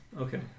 Okay